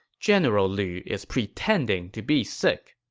general lu is pretending to be sick.